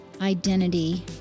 identity